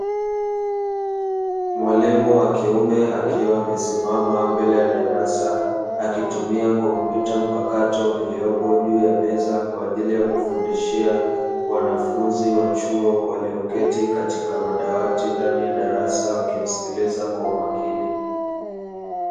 Mwalimu wa kiume, akiwa amesimama mbele ya darasa, akitumia kompyuta mpakato iliyopo juu ya meza kwa ajili ya kufundishia wanafunzi wa chuo, walioketi katika madawati ndani ya darasa wakimsikiliza kwa umakini.